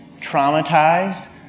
traumatized